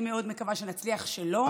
אני מאוד מקווה שנצליח שלא.